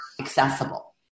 accessible